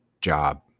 job